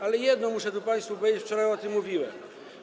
Ale jedno muszę tu państwu powiedzieć, wczoraj o tym mówiłem.